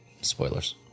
spoilers